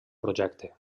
projecte